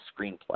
screenplay